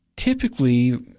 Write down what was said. Typically